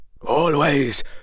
Always